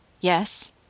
Yes